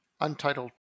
Untitled